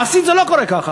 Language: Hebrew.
מעשית זה לא קורה כך.